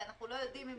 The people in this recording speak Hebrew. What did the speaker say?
ואנחנו לא יודעים אם